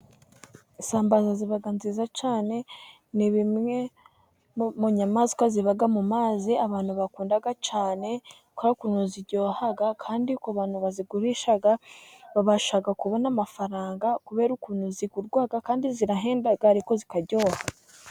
Isambaza ziba nziza cyane, ni bimwe mu nyamaswa ziba mu mazi, abantu bakunda cyane, kubera ukuntu ziryoha, kandi ku bantu bazigurisha, babasha kubona amafaranga, kubera ukuntu zigurwa, kandi zirahenda ariko zikaryoha.